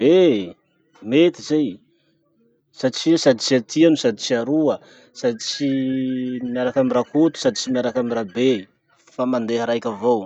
Eh! mety zay satria sady tsy atia no sady tsy aroa, sady tsy miaraky amy rakoto no sady tsy miaraky amy rabe fa mandeha raiky avao.